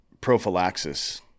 prophylaxis